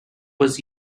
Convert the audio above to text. was